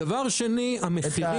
דבר שני, המחירים.